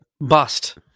bust